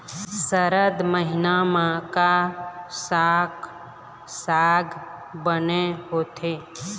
सरद महीना म का साक साग बने होथे?